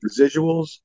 residuals